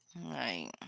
Right